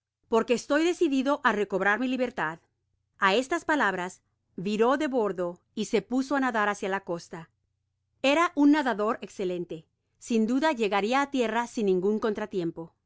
porque estoy decidido á recobrar mi libertad a estas palabras viró de bordo y se puso á nadar hácia la costa era un nadador escelente largar la vela es desplegarla content from google book search generated at sin duda llegaria á tierra sin ningun contratiempo